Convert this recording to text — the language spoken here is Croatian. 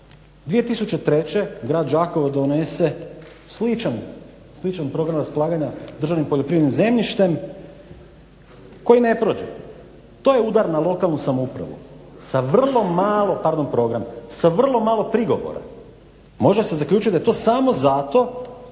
2003. grad Đakovo donose sličan program raspolaganja državnim poljoprivrednim zemljištem koji ne prođe, to je udar na lokalnu samoupravu sa vrlo malo, pardon program, sa vrlo malo prigovora. Može se zaključiti da je to samo zato